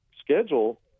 schedule